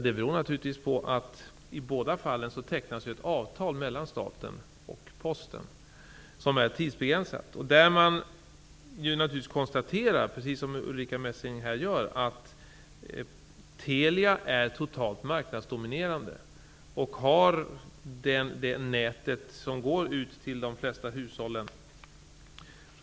Det beror naturligtvis på att det i båda fallen tecknas avtal med staten, vilka är tidbegränsade. Precis som Ulrika Messing konstaterar, konstaterar man i avtalet att Telia är totalt marknadsdominerande, med ett nät som går ut till de flesta hushåll.